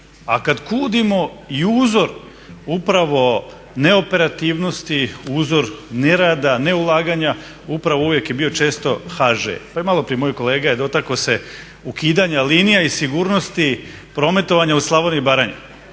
a kad kudimo i uzor upravo neoperativnosti, uzor ne rada, ne ulaganja upravo uvijek je bio često HŽ. Pa i maloprije moj kolega je dotakao se ukidanja linija i sigurnosti prometovanja u Slavoniji i Baranji.